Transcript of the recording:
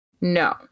No